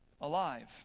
alive